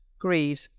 greed